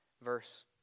Verse